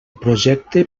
projecte